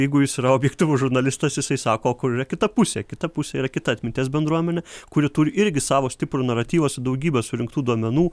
jeigu jis yra objektyvus žurnalistas jisai sako o kur yra kita pusė kita pusė yra kita atminties bendruomenė kuri turi irgi savo stiprų naratyvą su daugybe surinktų duomenų